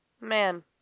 man